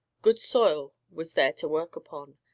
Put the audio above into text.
good soil was there to work upon,